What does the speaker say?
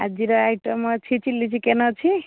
ଆଜିର ଆଇଟମ୍ ଅଛି chilli chicken ଅଛି